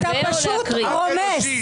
אתה פשוט רומס, רומס.